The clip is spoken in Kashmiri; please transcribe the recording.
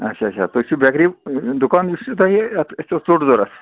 اَچھا اَچھا تُہۍ چھُو بیکری دُکان یُس چھُ تۄہہِ اَتھ اَسہِ ٲس ژوٚٹ ضروٗرت